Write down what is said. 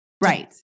Right